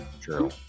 True